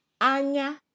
Anya